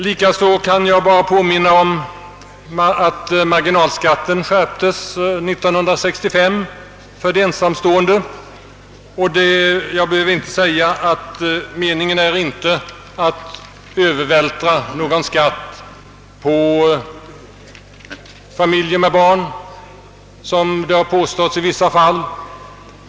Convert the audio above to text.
Likaså kan jag påminna om att marginalskatten skärpts 1965 för de ensamstående, och jag behöver inte säga att meningen inte är att övervältra någon skatt på familjer med barn som påståtts i vissa fall.